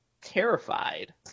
terrified